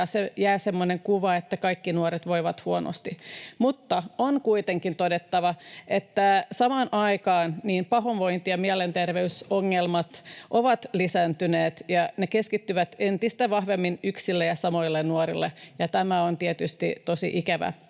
kuva, että kaikki nuoret voivat huonosti. Mutta on kuitenkin todettava, että samaan aikaan pahoinvointi ja mielenterveysongelmat ovat lisääntyneet ja ne keskittyvät entistä vahvemmin yksille ja samoille nuorille, ja tämä on tietysti tosi ikävä